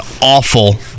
awful